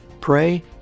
Pray